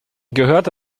gehört